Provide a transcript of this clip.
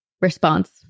response